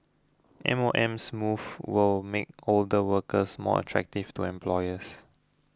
M O M's moves will make older workers more attractive to employers